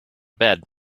bed